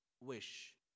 wish